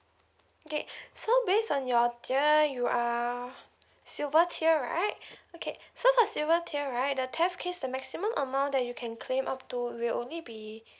okay so based on your tier you are silver tier right okay so for silver tier right the theft case the maximum amount that you can claim up to will only be